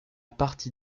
partie